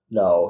no